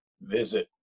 visit